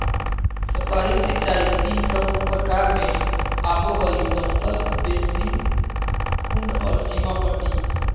सतही सिंचाई तीन प्रमुख प्रकार में आबो हइ समतल बेसिन, कुंड और सीमा पट्टी